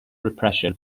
repression